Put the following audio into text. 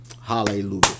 Hallelujah